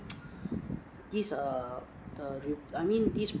this err the ru~ I mean this